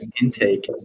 intake